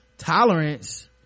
tolerance